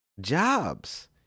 Jobs